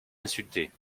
insulté